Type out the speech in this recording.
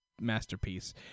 masterpiece